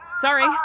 Sorry